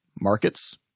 markets